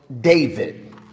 David